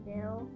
Bill